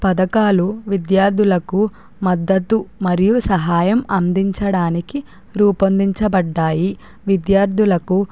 పథకాలు విద్యార్థులకు మద్దతు మరియు సహాయం అందించడానికి రూపొందించబడ్డాయి విద్యార్థులకు